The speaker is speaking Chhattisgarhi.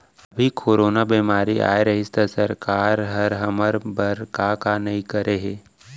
अभी कोरोना बेमारी अए रहिस त सरकार हर हमर बर का का नइ करे हे